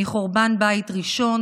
מחורבן בית ראשון,